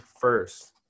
first